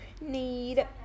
need